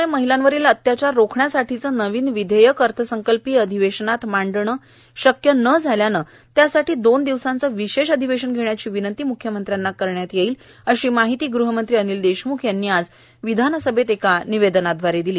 कोरोनाच्या समस्येम्ळे महिलांवरील अत्याचार रोखण्यासाठीचे नवीन विधेयक अर्थसंकल्पीय अधिवेशनात मांडणे शक्य न झाल्याने त्यासाठी दोन दिवसांचे विशेष अधिवेशन घेण्याची विनंती मुख्यमंत्र्यांना करण्यात येईल अशी माहिती गुहमंत्री अनिल देशम्ख यांनी आज विधानसभेत निवेदनादवारे दिली